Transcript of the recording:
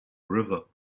river